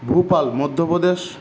Bhopal Madhya Pradesh